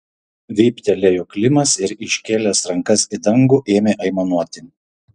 vyptelėjo klimas ir iškėlęs rankas į dangų ėmė aimanuoti